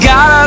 God